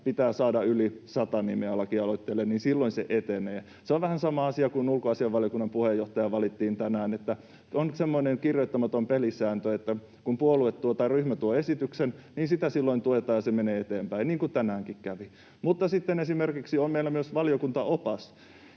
pitää saada yli sata nimeä lakialoitteelle, jotta se etenee. Se on vähän sama asia kuin siinä, kun ulkoasiainvaliokunnan puheenjohtaja valittiin tänään: on semmoinen kirjoittamaton pelisääntö, että kun ryhmä tuo esityksen, niin sitä silloin tuetaan ja se menee eteenpäin, niin kuin tänäänkin kävi. Mutta sitten esimerkiksi meillä on myös valiokuntaopas,